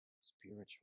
spiritual